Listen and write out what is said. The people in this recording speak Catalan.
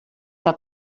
que